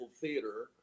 theater